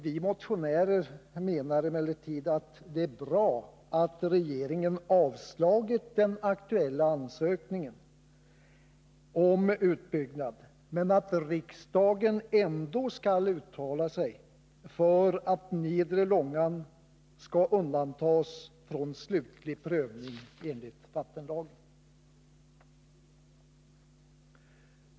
Vi motionärer menar emellertid att det är bra att regeringen avslagit den aktuella ansökningen om utbyggnad men att riksdagen ändå skall uttala sig för att nedre Långan skall undantas från slutlig prövning enligt vattenlagen.